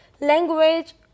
language